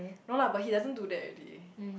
no lah but he doesn't do that already